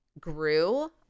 grew